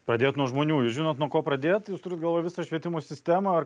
pradėt nuo žmonių jūs žinot nuo ko pradėt turit galvoj visą švietimo sistemą ar